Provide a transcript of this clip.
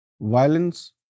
Violence